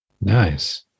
Nice